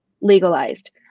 legalized